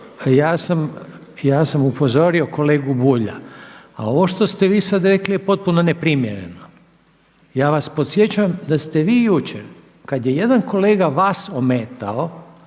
ja sam upozorio kolegu Bulja, ali ovo što ste vi sada rekli je potpuno neprimjereno. Ja vas podsjećam da ste vi jučer kada je jedan kolega vas ometao